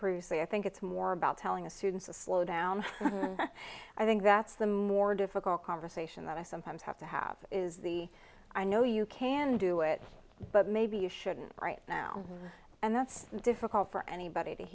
lee i think it's more about telling a student's a slow down i think that's the more difficult conversation that i sometimes have to have is the i know you can do it but maybe you shouldn't right now and that's difficult for anybody to